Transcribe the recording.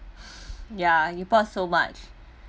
ya you bought so much